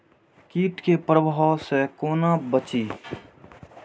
कीट के प्रभाव से कोना बचीं?